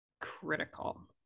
critical